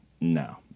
No